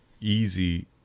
easy